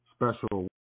special